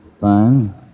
Fine